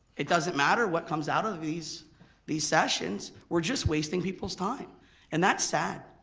it doesn't matter what comes out of these these sessions. we're just wasting people's time and that's sad.